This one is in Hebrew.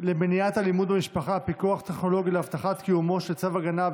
למניעת אלימות במשפחה (פיקוח טכנולוגי להבטחת קיומו של צו הגנה,